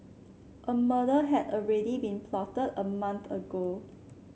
a murder had already been plotted a month ago